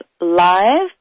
live